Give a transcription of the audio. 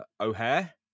O'Hare